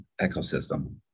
ecosystem